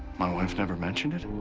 my wife never mentioned it?